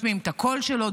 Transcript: משמיעים את הקול שלו,